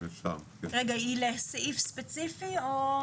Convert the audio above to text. רגע, היא לסעיף ספציפי או?